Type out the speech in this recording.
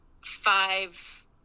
five